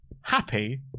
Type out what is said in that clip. Happy